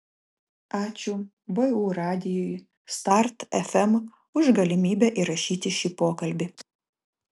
ačiū vu radijui start fm už galimybę įrašyti šį pokalbį